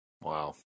Wow